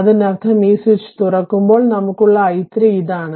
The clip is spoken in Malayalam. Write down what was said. അതിനർത്ഥം ഈ സ്വിച്ച് തുറക്കുമ്പോൾ നമുക്കുള്ള i3 ഇതാണ്